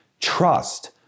trust